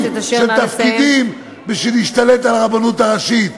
של תפקידים בשביל להשתלט על הרבנות הראשית.